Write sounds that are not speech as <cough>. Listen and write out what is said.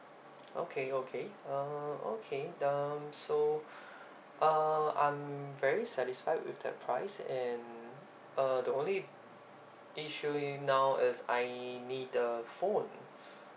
okay okay uh okay um so <breath> uh I'm very satisfied with that price and uh the only issue now is I need the phone